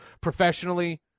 professionally